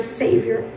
savior